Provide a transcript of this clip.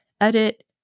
edit